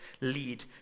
lead